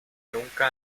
nunca